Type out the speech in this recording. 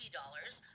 dollars